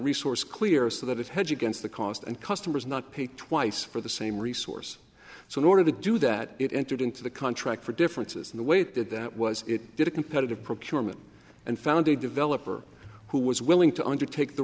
resource clear so that it hedge against the cost and customers not pay twice for the same resource so in order to do that it entered into the contract for differences in the way it did that was it did a competitive procurement and found a developer who was willing to undertake the